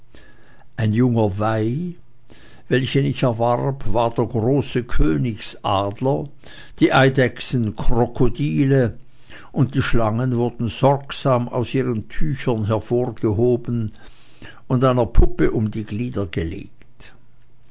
ein junger weih welchen ich erwarb war der große königsadler die eidechsen krokodile und die schlangen wurden sorgsam aus ihren tüchern hervorgehoben und einer puppe um die glieder gelegt